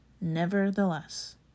Nevertheless